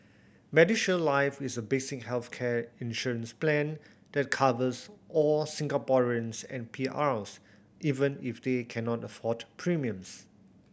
MediShield Life is a basic healthcare insurance plan that covers all Singaporeans and P Rs even if they cannot afford premiums